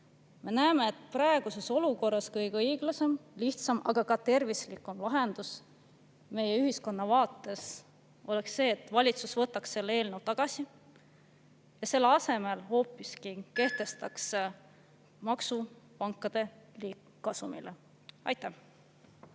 Me näeme, et praeguses olukorras kõige õiglasem, lihtsam, aga ka tervislikum lahendus meie ühiskonna vaates oleks see, et valitsus võtaks selle eelnõu tagasi ja kehtestaks selle asemel maksu hoopis pankade liigkasumile. Aitäh!